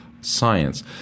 science